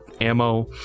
ammo